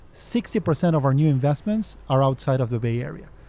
sixty percent of our new investments are outside of the bay area.